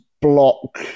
block